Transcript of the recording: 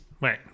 Wait